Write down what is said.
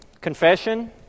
confession